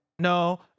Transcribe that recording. No